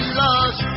lost